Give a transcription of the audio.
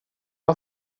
har